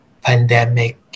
pandemic